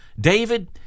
David